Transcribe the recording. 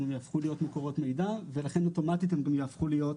יהפכו להיות מקורות מידע ולכן אוטומטית הם יהפכו להיות.